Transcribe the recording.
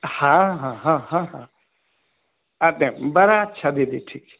हँ हँ हँ हँ हँ बड़ा अच्छा दीदी ठीक छै